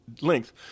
length